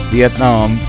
Vietnam